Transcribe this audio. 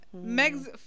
Meg's